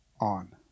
on